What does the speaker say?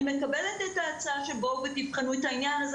אני מקבלת את ההצעה של "בואו תבחנו את העניין הזה".